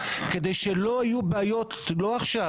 כדי שלא יהיו בעיות לא עכשיו,